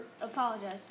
apologize